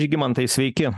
žygimantai sveiki